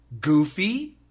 Goofy